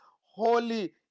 holy